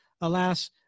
Alas